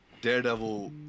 Daredevil